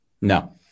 No